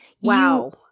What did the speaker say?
Wow